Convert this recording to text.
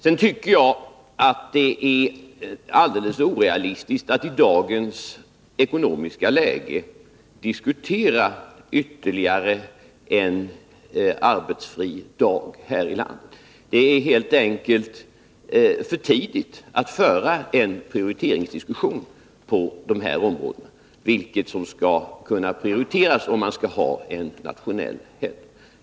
Sedan tycker jag att det är alldeles orealistiskt att i dagens ekonomiska läge diskutera ytterligare en arbetsfri dag här i landet. Det är helt enkelt för tidigt att föra en prioriteringsdiskussion på dessa områden, dvs. vilken dag som skall prioriteras.